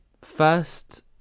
first